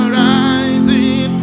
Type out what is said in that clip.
rising